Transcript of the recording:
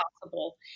possible